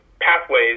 pathways